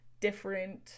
different